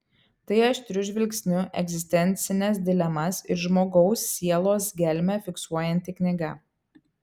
tai aštriu žvilgsniu egzistencines dilemas ir žmogaus sielos gelmę fiksuojanti knyga